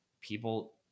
People